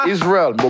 Israel